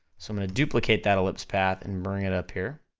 so i'm gonna duplicate that ellipse path, and bring it up here.